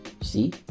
see